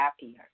happier